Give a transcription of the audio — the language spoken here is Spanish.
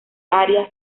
area